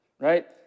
Right